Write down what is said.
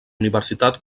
universitat